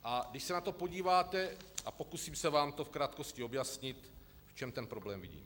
A když se na to podíváte, a pokusím se vám to v krátkosti objasnit, v čem ten problém vidím.